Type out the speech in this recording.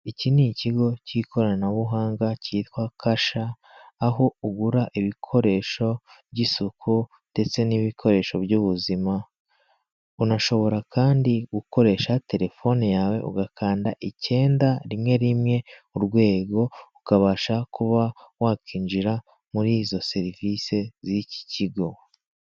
Iki ni ikigo cy'ikoranabuhanga cyitwa Kasha, aho ugura ibikoresho by'isuku ndetse n'ibikoresho by'ubuzima, unashobora kandi gukoresha Telefone yawe ugakanda, icyenda rimwe, rimwe, urwego ukabasha kuba wakinjira muri izo serivisi z'iki kigo.